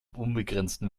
unbegrenzten